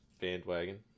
bandwagon